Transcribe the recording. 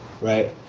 right